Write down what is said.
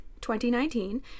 2019